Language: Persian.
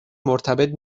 مرتبط